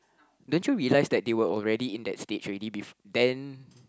don't you realize that they were already in that stage already bef~ then